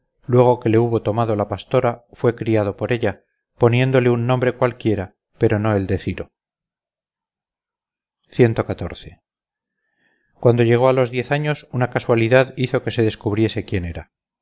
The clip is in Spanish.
luego que le hubo tomado la pastora fue criado por ella poniéndole un nombre cualquiera pero no el de ciro cuando llegó a los diez años una casualidad hizo que se descubriese quién era